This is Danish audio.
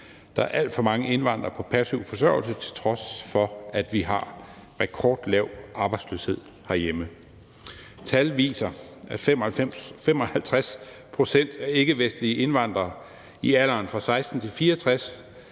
Der er alt for mange indvandrere på passiv forsørgelse, til trods for at vi har rekordlav arbejdsløshed herhjemme. Tal viser, at 55 pct. af ikkevestlige indvandrere i alderen 16-64